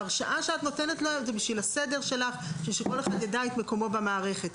ההרשאה שאת נותנת לו היא בשביל הסדר שלך ושכל אחד יידע את מקומו במערכת.